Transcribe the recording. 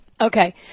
okay